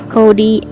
Cody